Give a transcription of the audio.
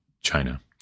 China